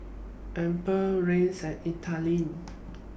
Amber Rance and Ethelene